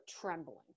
trembling